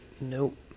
Nope